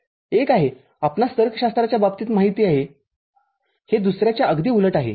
एक आहेआपणास तर्कशास्त्राच्या बाबतीत माहित आहे हे दुसर्याच्या अगदी उलट आहे